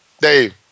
Dave